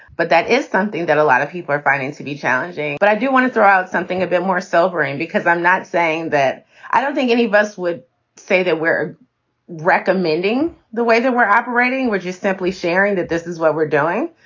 but that is something that a lot of people are finding to be challenging. but i do want to throw out something a bit more sobering, because i'm not saying that i don't think any of us would say that we're recommending the way that we're operating, which is simply sharing that this is what we're doing,